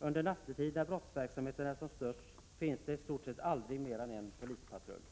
Under nattetid, när brottsverksamheten är som störst, finns det i stort sett aldrig mer än en polispatrull.